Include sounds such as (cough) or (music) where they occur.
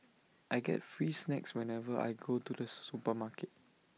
I get free snacks whenever I go to the (unintelligible) supermarket